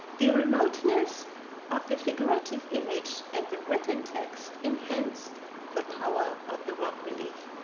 the remoteness of the figurative image and the written text enhanced the power of the rock relief,